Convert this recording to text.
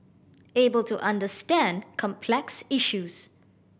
able to understand complex issues